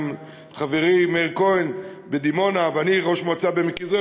גם חברי מאיר כהן בדימונה ואני ראש מועצה בעמק-יזרעאל,